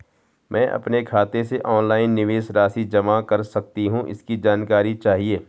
मैं अपने खाते से ऑनलाइन निवेश राशि जमा कर सकती हूँ इसकी जानकारी चाहिए?